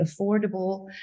affordable